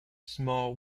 small